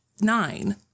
Nine